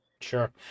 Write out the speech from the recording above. sure